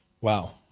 Wow